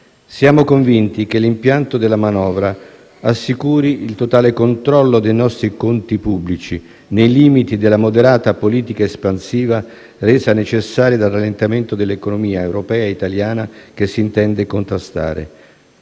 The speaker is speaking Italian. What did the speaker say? Siamo convinti che l'impianto della manovra assicuri il totale controllo dei nostri conti pubblici, nei limiti della moderata politica espansiva resa necessaria dal rallentamento dell'economia europea e italiana che si intende contrastare.